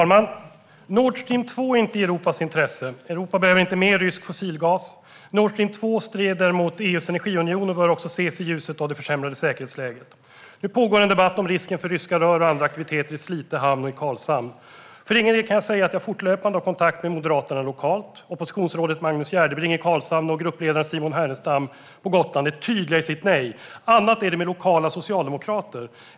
Fru talman! Nord Stream 2 är inte i Europas intresse. Europa behöver inte mer rysk fossilgas. Nord Stream 2 strider mot EU:s energiunion och bör också ses i ljuset av det försämrade säkerhetsläget. Nu pågår en debatt om risken för ryska rör och andra aktiviteter i Slite hamn och i Karlshamn. För egen del kan jag säga att jag fortlöpande har kontakt med Moderaterna lokalt. Oppositionsrådet Magnus Gärdebring i Karlshamn och gruppledaren Simon Härenstam på Gotland är tydliga i sina nej. Annat är det med lokala socialdemokrater.